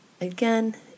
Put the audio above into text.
Again